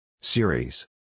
Series